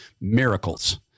miracles